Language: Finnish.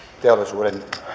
teollisuuden